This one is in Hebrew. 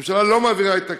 הממשלה לא מעבירה את הכסף.